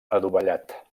adovellat